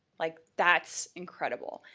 like that's incredible.